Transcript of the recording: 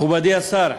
מכובדי השר,